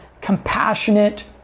compassionate